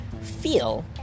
feel